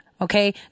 Okay